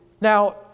Now